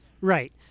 Right